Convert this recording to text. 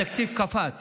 התקציב קפץ